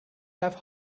have